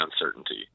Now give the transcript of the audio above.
uncertainty